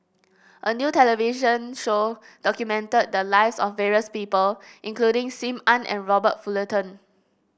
a new television show documented the lives of various people including Sim Ann and Robert Fullerton